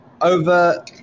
over